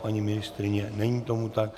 Paní ministryně není tomu tak.